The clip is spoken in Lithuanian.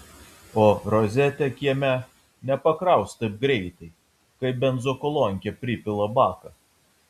o rozetė kieme nepakraus taip greitai kaip benzokolonkė pripila baką